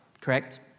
Correct